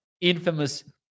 infamous